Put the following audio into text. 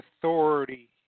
authority